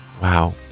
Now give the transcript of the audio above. Wow